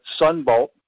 Sunbolt